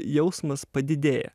jausmas padidėja